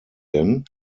denn